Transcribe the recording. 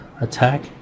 attack